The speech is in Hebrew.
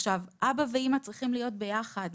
אבא ואימא צריכים להיות ביחד.